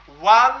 one